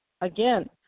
again